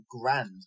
grand